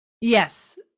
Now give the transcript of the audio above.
Yes